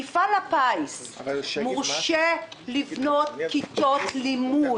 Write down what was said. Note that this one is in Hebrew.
מפעל הפיס מורשה לבנות כיתות לימוד.